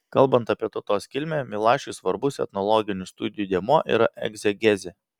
kalbant apie tautos kilmę milašiui svarbus etnologinių studijų dėmuo yra egzegezė